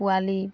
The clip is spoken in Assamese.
পোৱালি